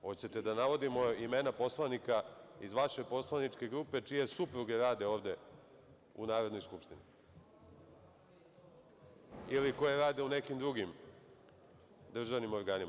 Hoćete li da navodimo imena poslanika iz vaše poslaničke grupe čije supruge ovde rade ovde u Narodnoj skupštini ili koje rade u nekim drugim državnim organima?